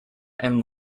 and